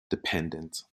dependent